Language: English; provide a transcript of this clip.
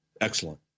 excellent